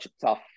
tough